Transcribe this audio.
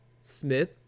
Smith